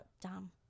Dumb